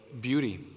beauty